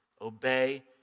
obey